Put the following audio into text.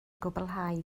gwblhau